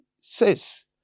says